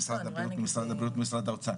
ממשרד הבריאות וממשרד האוצר,